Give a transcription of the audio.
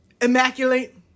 immaculate